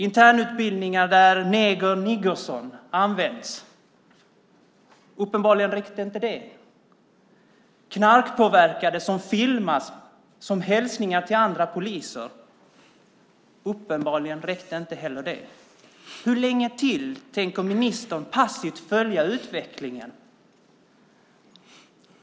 Internutbildningar där Neger Niggersson används räckte uppenbarligen inte. Knarkpåverkade som filmas som hälsningar till andra poliser räckte uppenbarligen inte heller. Hur länge till tänker ministern passivt följa utvecklingen?